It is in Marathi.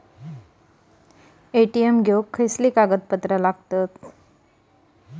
क्रेडिट कार्ड घेण्यासाठी कोणती कागदपत्रे घ्यावी लागतात?